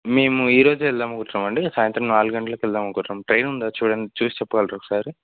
మేమూ ఈ రోజే వెళదామని వచ్చాము అండి సాయంత్రం నాలుగు గంటలకి వెళదామని అనుకుంటున్నాము ట్రైన్ ఉందా చుడండి చూసి చెప్పగలరా ఒకసారీ